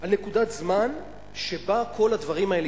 על נקודת זמן שבה כל הדברים האלה